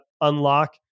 unlock